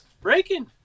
breaking